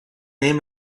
name